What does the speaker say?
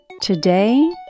Today